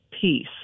peace